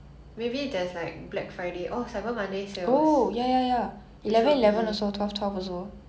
cyber monday when ah I think somewhere in I know black friday is october so maybe november